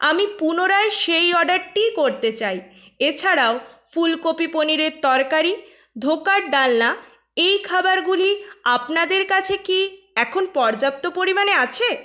আমি পুনরায় সেই অর্ডারটিই করতে চাই এছাড়াও ফুলকপি পনিরের তরকারি ধোকার ডালনা এই খাবারগুলি আপনাদের কাছে কি এখন পর্যাপ্ত পরিমাণে আছে